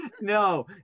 no